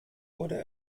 wurde